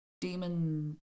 demon